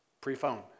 Pre-phone